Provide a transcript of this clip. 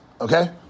okay